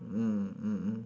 mm mm mm